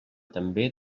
també